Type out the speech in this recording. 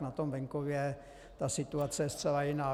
Na tom venkově ta situace je zcela jiná.